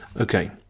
Okay